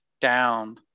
down